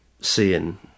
seeing